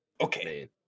Okay